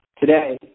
Today